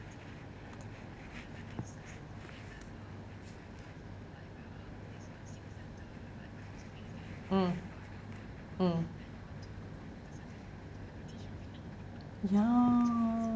mm mm ya